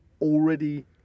already